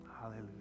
Hallelujah